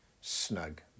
snug